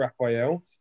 Raphael